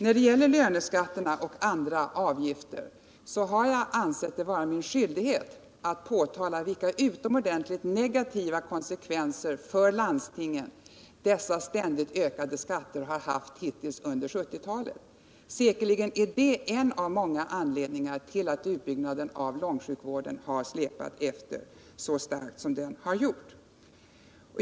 När det gäller löneskatterna och andra avgifter har jag ansett det vara min skyldighet att påtala vilka utomordentligt negativa konsekvenser för landstingen dessa ständigt ökade skatter har haft hittills under 1970-talet. Säkerligen är detta en av många anledningar till att utbyggnaden av långtidssjukvården har släpat efter så starkt som den har gjort.